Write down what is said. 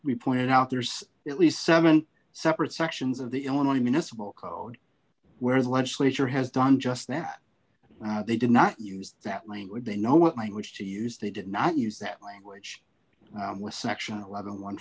we pointed out there's at least seven separate sections of the illinois municipal code where the legislature has done just that they did not use that language they know what language to use they did not use that language with section eleven